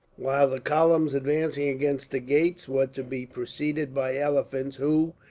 while the columns advancing against the gates were to be preceded by elephants, who,